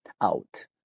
out